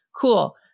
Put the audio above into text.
cool